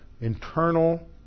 internal